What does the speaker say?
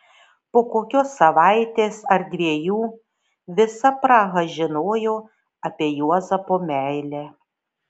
po kokios savaitės ar dviejų visa praha žinojo apie juozapo meilę